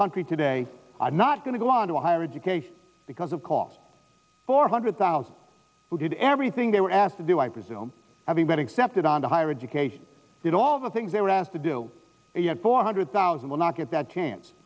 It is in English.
country today are not going to go on to higher education because of cost four hundred thousand who did everything they were asked to do i presume having been accepted on to higher education that all the things they were asked to do four hundred thousand will not get that chance